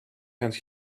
and